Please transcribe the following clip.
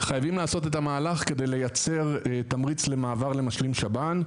חייבים לעשות את המהלך כדי לייצר תמריץ למעבר למשלים שב"ן.